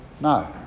no